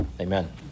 Amen